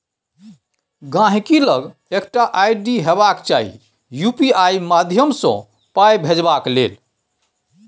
गांहिकी लग एकटा आइ.डी हेबाक चाही यु.पी.आइ माध्यमसँ पाइ भेजबाक लेल